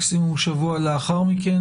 מקסימום שבוע לאחר מכן,